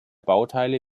bauteile